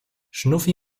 schnuffi